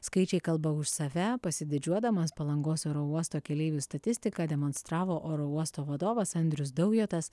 skaičiai kalba už save pasididžiuodamas palangos oro uosto keleivių statistiką demonstravo oro uosto vadovas andrius daujotas